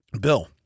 Bill